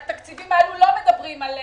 בתקציבים האלה לא מדברים על מסעדות.